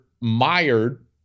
mired